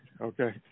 Okay